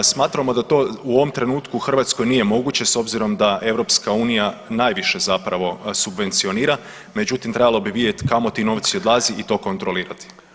Smatramo da to u ovom trenutku u Hrvatsku nije moguće s obzirom da EU najviše zapravo subvencionira, međutim trebalo vi vidjet kamo ti novci odlaze i to kontrolirati.